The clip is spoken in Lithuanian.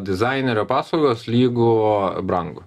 dizainerio paslaugos lygu brangu